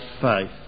faith